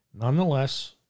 nonetheless